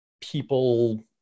people